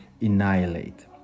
annihilate